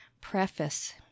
preface